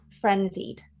frenzied